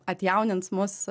atjaunins mus